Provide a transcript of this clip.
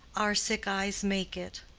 our sick eyes make it.